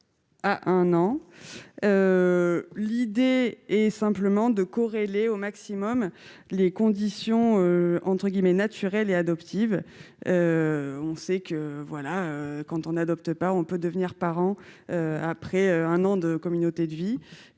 L'idée est simplement de corréler au maximum les conditions « naturelles » et « adoptives ». Sans parler d'adoption, on peut devenir parents après un an de communauté de vie,